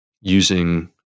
using